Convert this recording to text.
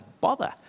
bother